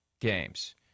games